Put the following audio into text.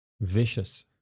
vicious